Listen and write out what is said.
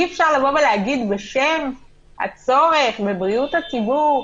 אי-אפשר לבוא ולהגיד: בשם הצורך ובריאות הציבור,